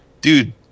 Dude